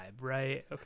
right